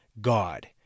God